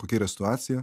kokia yra situacija